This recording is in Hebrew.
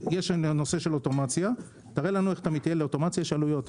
לאוטומציה יש עלויות,